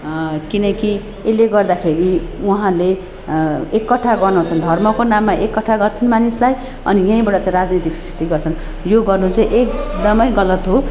किनकि यसले गर्दाखेरि उहाँले एकट्ठा गराउँछन् धर्मको नाममा एकट्ठा गर्छन् मानिसलाई अनि यहीँबाट चाहिँ राजनीतिक सृष्टि गर्छन् यो गर्नु चाहिँ एकदमै गलत हो